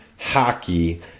hockey